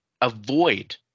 avoid